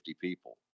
people